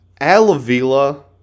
Alavila